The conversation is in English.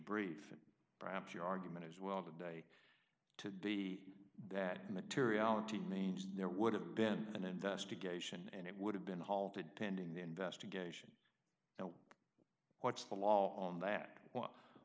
brief and perhaps your argument as well today to be that materiality manged there would have been an investigation and it would have been halted pending an investigation now what's the law on that